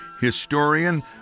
historian